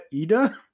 Ida